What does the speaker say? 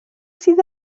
sydd